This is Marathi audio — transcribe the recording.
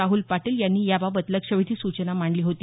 राहुल पाटील यांनी याबाबत लक्षवेधी सूचना मांडली होती